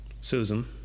Susan